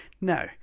Now